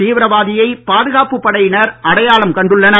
தீவிரவாதியை பாதுகாப்புப் படையினர் அடையாளம் கண்டுள்ளனர்